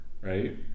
right